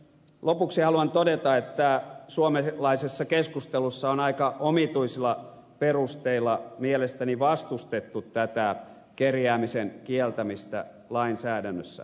lopuksi haluan todeta että suomalaisessa keskustelussa on aika omituisilla perusteilla mielestäni vastustettu tätä kerjäämisen kieltämistä lainsäädännössä